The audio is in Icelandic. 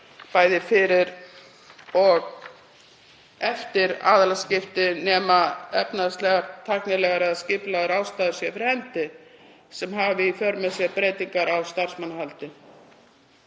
bæði fyrir og eftir aðilaskiptin nema efnahagslegar, tæknilegar eða skipulagslegar ástæður séu fyrir hendi sem hafi í för með sér breytingar á starfsmannahaldi.